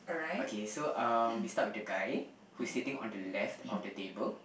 okay so um we start with the guy who is sitting on the left of the table